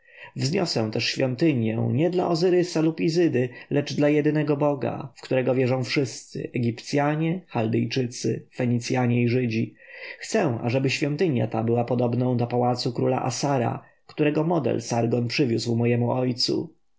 wzniosę też świątynię nie dla ozyrysa lub izydy ale dla jedynego boga w którego wierzą wszyscy egipcjanie chaldejczycy fenicjanie i żydzi chcę zaś aby świątynia ta była podobną do pałacu króla assara którego model sargon przywiózł mojemu ojcu